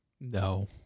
no